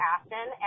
Aston